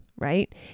right